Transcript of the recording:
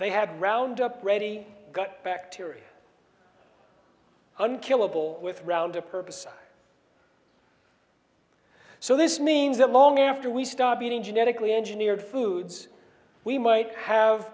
they had roundup ready gut bacteria unkillable with round a purpose so this means that long after we stop eating genetically engineered foods we might have